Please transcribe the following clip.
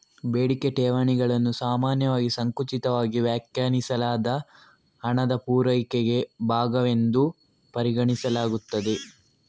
ಬೇಡಿಕೆ ಠೇವಣಿಗಳನ್ನು ಸಾಮಾನ್ಯವಾಗಿ ಸಂಕುಚಿತವಾಗಿ ವ್ಯಾಖ್ಯಾನಿಸಲಾದ ಹಣದ ಪೂರೈಕೆಯ ಭಾಗವೆಂದು ಪರಿಗಣಿಸಲಾಗುತ್ತದೆ